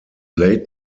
late